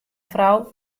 frou